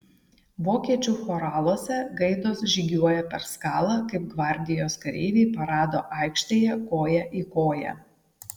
vokiečių choraluose gaidos žygiuoja per skalą kaip gvardijos kareiviai parado aikštėje koja į koją